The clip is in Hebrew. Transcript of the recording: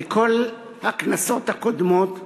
בכל הכנסות הקודמות,